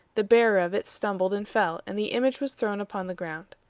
the bearer of it stumbled and fell, and the image was thrown upon the ground.